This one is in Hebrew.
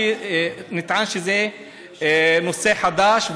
כי נטען שזה נושא חדש,